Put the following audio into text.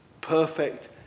Perfect